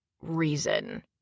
reason